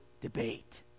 debate